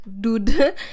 dude